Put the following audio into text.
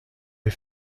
les